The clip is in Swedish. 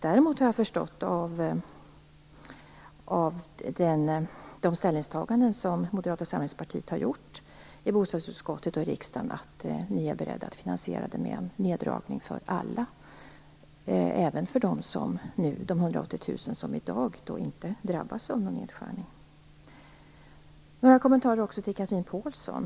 Däremot har jag förstått av de ställningstaganden som Moderata samlingspartiet har gjort i bostadsutskottet och i riksdagen att moderaterna är beredda att finansiera det med en neddragning för alla, även för de 180 000 personer som i dag inte drabbas av någon nedskärning. Några kommentarer också till Chatrine Pålsson.